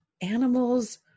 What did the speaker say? animals